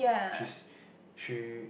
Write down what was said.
she's she